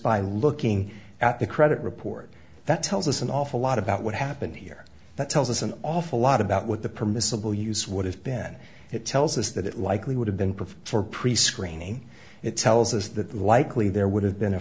by looking at the credit report that tells us an awful lot about what happened here that tells us an awful lot about what the permissible use would have been it tells us that it likely would have been perfect for prescreening it tells us that likely there would have been a